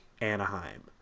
Anaheim